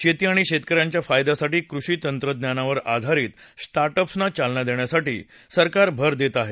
शेती आणि शेतकऱ्यांच्या फायद्यासाठी कृषी तंत्रज्ञानावर आधारित स्टार्टप्सना चालना देण्यासाठी सरकार भर देत आहे